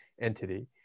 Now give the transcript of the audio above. entity